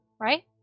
right